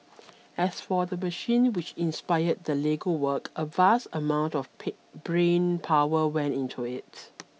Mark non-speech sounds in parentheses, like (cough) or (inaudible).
as for the machine which inspired the Lego work a vast amount of (unintelligible) brain power went into it